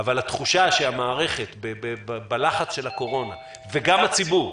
אבל התחושה היא שהמערכת בלחץ של הקורונה וגם בציבור,